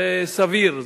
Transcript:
זה סביר,